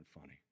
funny